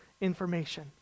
information